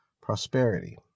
prosperity